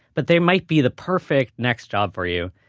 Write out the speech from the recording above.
but they might be the perfect next job for you.